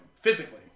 physically